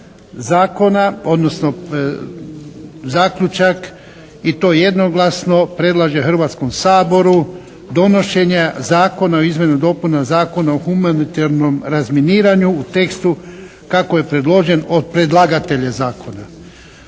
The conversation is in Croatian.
zakona, odnosno zaključak i to jednoglasno predlaže Hrvatskom saboru donošenje Zakona o izmjenama i dopunama Zakona o humanitarnom razminiranju u tekstu kako je predložen od predlagatelja zakona.